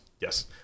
yes